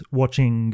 watching